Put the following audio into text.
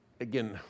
again